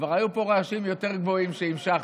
כבר היו רעשים יותר גבוהים שהמשכנו,